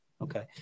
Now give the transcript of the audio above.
Okay